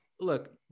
look